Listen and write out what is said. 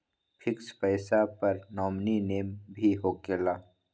Fix पईसा पर nominee name भी होकेला?